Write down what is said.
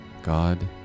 God